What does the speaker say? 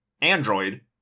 Android